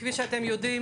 שאני באמת מעריך אותו,